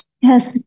Yes